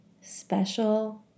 special